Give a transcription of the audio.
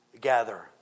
gather